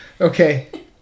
Okay